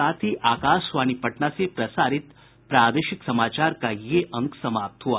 इसके साथ ही आकाशवाणी पटना से प्रसारित प्रादेशिक समाचार का ये अंक समाप्त हुआ